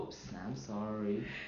!oops! I'm sorry